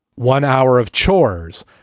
one hour of chores,